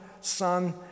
Son